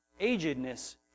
agedness